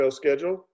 schedule